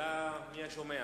השאלה מי השומע.